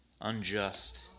unjust